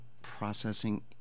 processing